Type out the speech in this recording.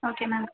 okay ma'am